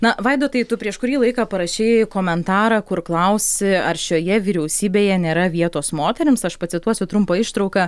na vaidotai tu prieš kurį laiką parašei komentarą kur klausi ar šioje vyriausybėje nėra vietos moterims aš pacituosiu trumpą ištrauką